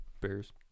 bears